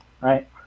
Right